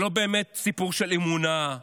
זה לא באמת סיפור של אמונה,